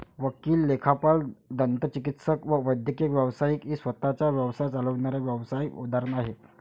वकील, लेखापाल, दंतचिकित्सक व वैद्यकीय व्यावसायिक ही स्वतः चा व्यवसाय चालविणाऱ्या व्यावसाय उदाहरण आहे